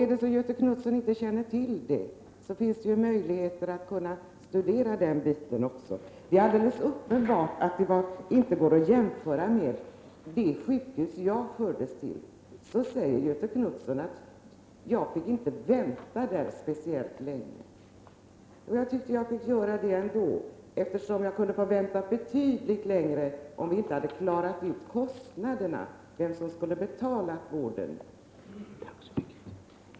Är det så att Göthe Knutson inte känner till det, finns det möjligheter att studera den frågan också. Det är alldeles uppenbart att de vårdmöjligheterna inte kan jämföras med de som finns på det sjukhus som jag fördes till. Göthe Knutson säger att jag inte behövde vänta speciellt länge. Men det tycker jag nog att jag fick göra. Jag hade också kunnat få vänta betydligt längre, om vi inte hade klarat ut vem som skulle betala vården.